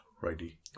righty